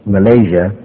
Malaysia